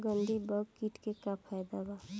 गंधी बग कीट के का फायदा बा?